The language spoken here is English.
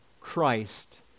Christ